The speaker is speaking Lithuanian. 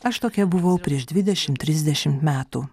aš tokia buvau prieš dvidešim trisdešim metų